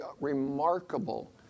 remarkable